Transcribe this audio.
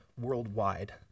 worldwide